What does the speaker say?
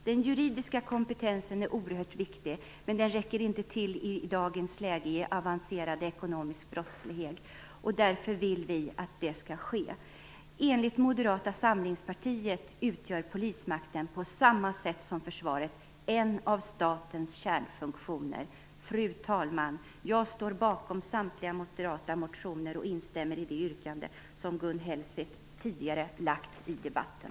Den juridiska kompetensen är oerhört viktig, men den räcker inte till i dagens läge med avancerad ekonomisk brottslighet. Därför vill vi att det skall ske något på denna punkt. Enligt Moderata samlingspartiet utgör polismakten, på samma sätt som försvaret, en av statens kärnfunktioner. Fru talman! Jag står bakom samtliga moderata motioner, och jag instämmer i Gun Hellsviks yrkande tidigare i debatten.